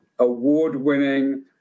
award-winning